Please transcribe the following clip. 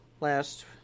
last